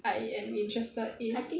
I am interested in